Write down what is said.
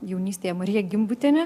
jaunystėje marija gimbutienė